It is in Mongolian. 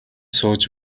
сууж